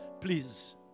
Please